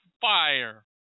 fire